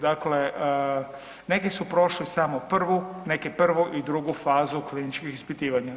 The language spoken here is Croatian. Dakle, neki su prošli samo prvu, neki prvu i drugu fazu kliničkih ispitivanja.